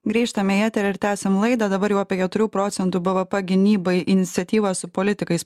grįžtame į eterį ir tęsiam laidą dabar jau apie keturių procentų bvp gynybai iniciatyvą su politikais